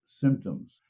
symptoms